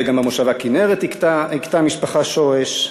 וגם במושבה כינרת הכתה המשפחה שורש.